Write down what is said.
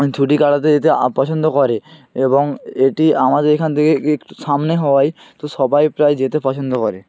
ছুটি কাটাতে যেতে পছন্দ করে এবং এটি আমাদের এখান থেকে একটু সামনে হওয়ায় তো সবাই প্রায় যেতে পছন্দ করে